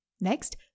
next